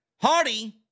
Hardy